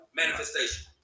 manifestation